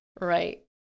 Right